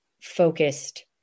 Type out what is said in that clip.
focused